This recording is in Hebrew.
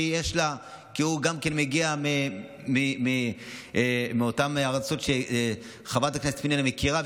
כי הוא גם כן מגיע מאותן ארצות שחברת הכנסת פנינה מכירה,